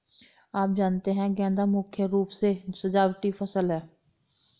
आप जानते ही है गेंदा मुख्य रूप से सजावटी फसल है